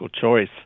choice